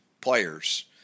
players